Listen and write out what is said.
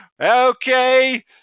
Okay